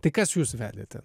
tai kas jūs vedėte